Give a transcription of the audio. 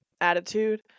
attitude